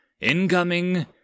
Incoming